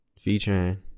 featuring